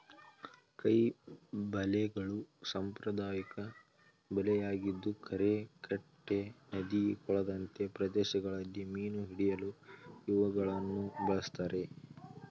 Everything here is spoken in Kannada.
ಕೈ ಬಲೆಗಳು ಸಾಂಪ್ರದಾಯಿಕ ಬಲೆಯಾಗಿದ್ದು ಕೆರೆ ಕಟ್ಟೆ ನದಿ ಕೊಳದಂತೆ ಪ್ರದೇಶಗಳಲ್ಲಿ ಮೀನು ಹಿಡಿಯಲು ಇವುಗಳನ್ನು ಬಳ್ಸತ್ತರೆ